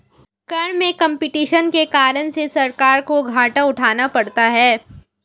कर में कम्पटीशन के कारण से सरकार को घाटा उठाना पड़ता है